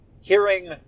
hearing